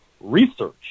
research